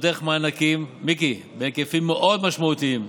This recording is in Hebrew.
דרך מענקים בהיקפים מאוד משמעותיים,